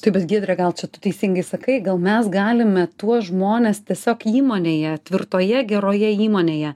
tai bet giedre gal čia tu teisingai sakai gal mes galime tuos žmones tiesiog įmonėje tvirtoje geroje įmonėje